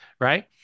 Right